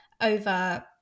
over